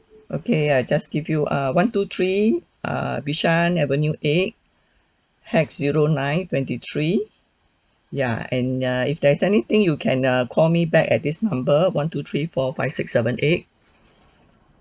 okay I just give you err one two three err bishan avenue eight hex zero nine twenty three ya and err if there's anything you can err call me back at this number one two three four five six seven eight